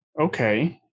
okay